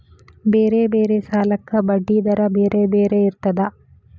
ಬೇರೆ ಬೇರೆ ಸಾಲಕ್ಕ ಬಡ್ಡಿ ದರಾ ಬೇರೆ ಬೇರೆ ಇರ್ತದಾ?